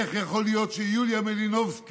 איך יכול להיות שיוליה מלינובסקי,